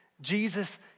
Jesus